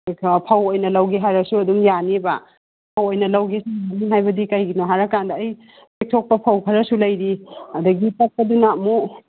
ꯐꯧ ꯑꯣꯏꯅ ꯂꯧꯒꯦ ꯍꯥꯏꯔꯁꯨ ꯑꯗꯨꯝ ꯌꯥꯅꯤꯕ ꯐꯧ ꯑꯣꯏꯅ ꯂꯧꯒꯦꯁꯨ ꯌꯥꯅꯤ ꯍꯥꯏꯕꯗꯤ ꯀꯩꯒꯤꯅꯣ ꯍꯥꯏꯔꯀꯥꯟꯗ ꯑꯩ ꯄꯦꯛꯊꯣꯛꯄ ꯐꯧ ꯈꯔꯁꯨ ꯂꯩꯔꯤ ꯑꯗꯒꯤ ꯇꯛꯄꯗꯨꯅ ꯑꯃꯨꯛ